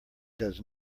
does